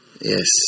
Yes